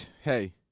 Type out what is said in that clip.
Hey